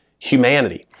Humanity